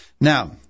Now